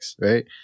Right